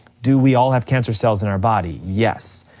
do we all have cancer cells in our body, yes.